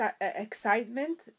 excitement